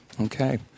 Okay